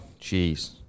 Jeez